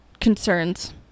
concerns